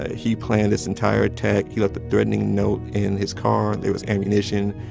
ah he planned this entire attack. he left a threatening note in his car. there was ammunition.